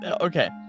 Okay